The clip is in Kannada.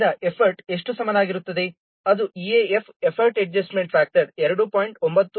ಆದ್ದರಿಂದ ಎಫರ್ಟ್ ಎಷ್ಟು ಸಮಾನವಾಗಿರುತ್ತದೆ ಅದು EAF ಎಫರ್ಟ್ ಅಡ್ಜಸ್ಟ್ಮೆಂಟ್ ಫ್ಯಾಕ್ಟರ್ಗೆ 2